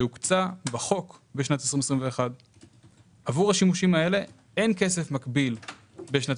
שהוקצה בחוק בשנת 2021. עבור השימושים האלה אין כסף מקביל בשנת